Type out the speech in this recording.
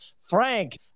Frank